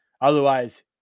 Otherwise